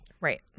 right